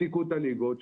הפסיקו את הליגות,